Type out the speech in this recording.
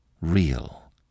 real